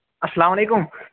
اَسلام علیکُم